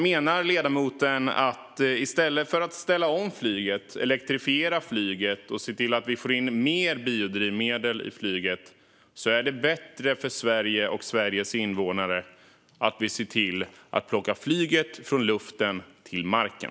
Menar ledamoten att det är bättre för Sverige och Sveriges invånare att plocka flyget från luften till marken i stället för att ställa om och elektrifiera flyget och få in biodrivmedel i flyget?